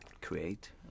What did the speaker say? create